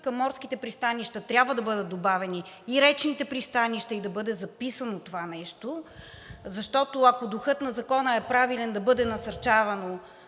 към морските пристанища трябва да бъдат добавени и речните пристанища, да бъде записано това нещо, защото, ако духът на Закона е правилен да бъде насърчавано